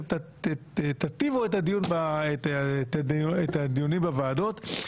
תטיבו את הדיונים בוועדות.